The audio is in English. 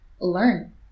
learn